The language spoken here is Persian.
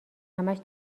همش